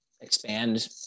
expand